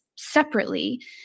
separately